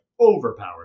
overpowered